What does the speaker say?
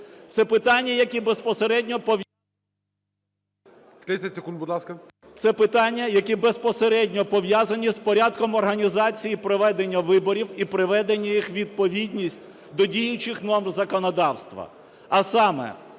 Це питання, які безпосередньо пов'язані з порядком організації проведення виборів і приведення їх у відповідність до діючих норм законодавства,